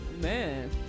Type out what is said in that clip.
Man